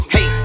Hey